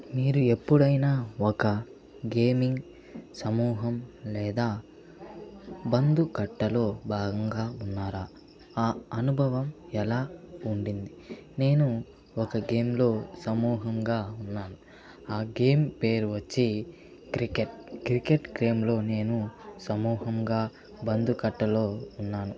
మీరు ఎప్పుడైనా ఒక గేమింగ్ సమూహం లేదా బందు కట్టలో భాగంగా ఉన్నారా ఆ అనుభవం ఎలా ఉండింది నేను ఒక గేమ్ లో సమూహంగా ఉన్నాను ఆ గేమ్ పేరు వచ్చి క్రికెట్ క్రికెట్ గేమ్ లో నేను సమూహంగా బందు కట్టలో ఉన్నాను